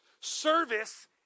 Service